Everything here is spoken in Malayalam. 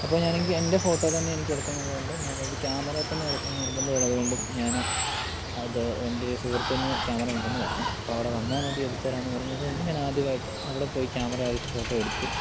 അപ്പോൾ ഞാൻ എങ്കിൽ എന്റെ ഫോട്ടോ തന്നെ എനിക്കെടുക്കണമെന്നുള്ളതു കൊണ്ട് ഞാനൊരു ക്യാമറെ തന്നെ എടുക്കണമെന്ന് നിർബന്ധം ഉള്ളതുകൊണ്ടും ഞാൻ അത് എൻറെ സുഹൃത്തിന്റെ ക്യാമറ ഉണ്ടെന്നു പറഞ്ഞു അപ്പോൾ അവിടെ വന്നാൽ മതി എടുത്തുതരാമെന്ന് പറഞ്ഞതുകൊണ്ട് ഞാനാദ്യമായിട്ട് അവിടെ പോയി ക്യാമറ ഒരു ഫോട്ടോ എടുത്തു